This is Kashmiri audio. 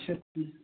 اَچھا ٹھیٖک